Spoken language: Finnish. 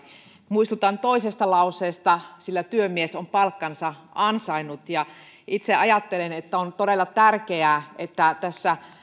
muistutan toisesta lauseesta sillä työmies on palkkansa ansainnut itse ajattelen että on todella tärkeää että tässä